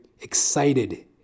excited